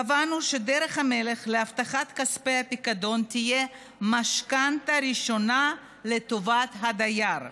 קבענו שדרך המלך להבטחת כספי הפיקדון תהיה משכנתה ראשונה לטובת הדייר.